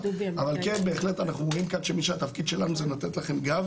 אבל כן בהחלט אנחנו רואים כאן שהתפקיד שלנו זה לתת לכם גב